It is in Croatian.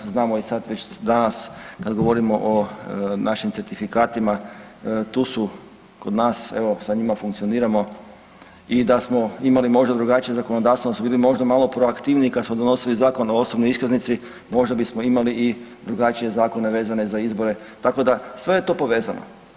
Znamo i sad već danas kad govorimo o našim certifikatima, tu su kod nas sa njima funkcioniramo i da smo imali možda drugačije zakonodavstvo, da smo bili možda malo proaktivniji kada smo donosili Zakon o osobnoj iskaznici, možda bismo imali i drugačije vezane za izbore, tako da sve je to povezano.